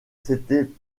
c’était